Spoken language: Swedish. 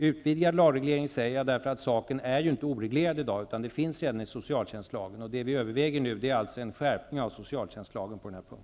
Utvidgad lagreglering säger jag därför att saken inte är oreglerad i dag, utan det finns redan en reglering i socialtjänstlagen. Det vi överväger nu är en skärpning av socialtjänstlagen på den här punkten.